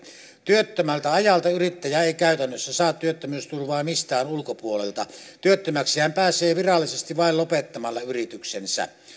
työttömältä ajalta yrittäjä ei käytännössä saa työttömyysturvaa mistään ulkopuolelta työttömäksi hän pääsee virallisesti vain lopettamalla yrityksensä